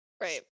Right